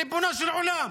ריבונו של עולם.